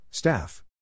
Staff